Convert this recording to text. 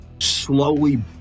slowly